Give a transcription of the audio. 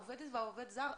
העובדת והעובד זר,